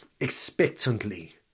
expectantly